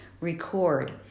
record